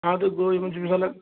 اَدٕ گوٚو یِمن چھُ مِثالن